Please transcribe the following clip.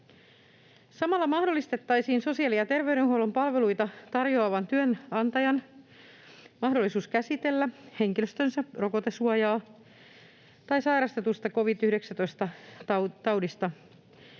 Samalla mahdollistettaisiin sosiaali‑ ja terveydenhuollon palveluita tarjoavan työnantajan mahdollisuus käsitellä henkilöstönsä rokotesuojaa tai sairastetusta covid-19-taudista